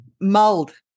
mold